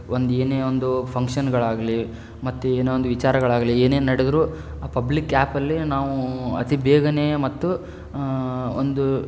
ಒಂದು ಏನೇ ಒಂದು ಫಂಕ್ಷನ್ಗಳಾಗಲಿ ಮತ್ತು ಏನೋ ಒಂದು ವಿಚಾರಗಳಾಗಲಿ ಏನೇ ನಡೆದ್ರೂ ಆ ಪಬ್ಲಿಕ್ ಆ್ಯಪಲ್ಲೇ ನಾವು ಅತಿ ಬೇಗನೇ ಮತ್ತು ಒಂದು